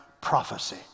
prophecy